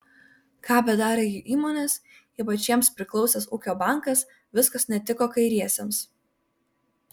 ką bedarė jų įmonės ypač jiems priklausęs ūkio bankas viskas netiko kairiesiems